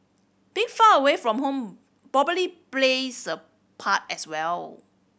being far away from home plays a part as well